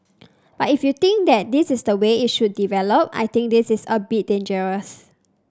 but if you think that this is the way it should develop I think this is a bit dangerous